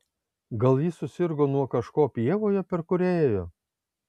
gal ji susirgo nuo kažko pievoje per kurią ėjo